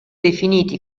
definiti